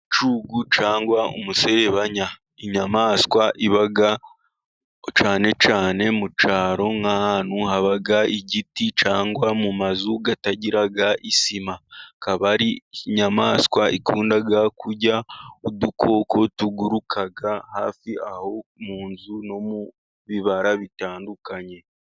Icyugu cyangwa umuserebanya ,inyamaswa iba cyane cyane mu cyaro nk'ahantu haba igiti cyangwa mu mazu atagira isima ,ikaba ari inyamaswa ikunda kurya udukoko tuguruka hafi aho mu nzu, no mu bibara bitandukanye.